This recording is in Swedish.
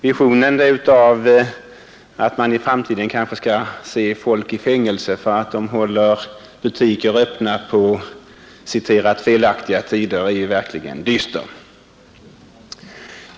Visionen av att man i framtiden kanske skall se folk i fängelse för att de håller butiker öppna på ”felaktiga tider” är verkligen dyster.